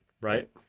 right